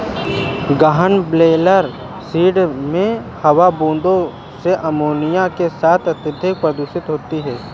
गहन broiler shed में हवा बूंदों से अमोनिया के साथ अत्यधिक प्रदूषित हो सकती है